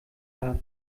darf